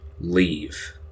leave